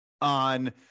on